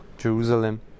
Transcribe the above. Jerusalem